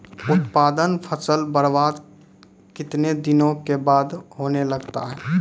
उत्पादन फसल बबार्द कितने दिनों के बाद होने लगता हैं?